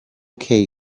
que